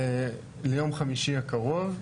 ליום חמישי הקרוב,